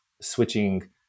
switching